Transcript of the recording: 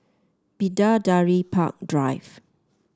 Bidadari Park Drive